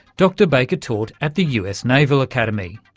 dr baker taught at the us naval academy.